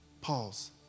Pause